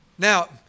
Now